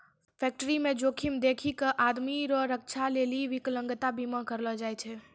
फैक्टरीमे जोखिम देखी कय आमदनी रो रक्षा लेली बिकलांता बीमा करलो जाय छै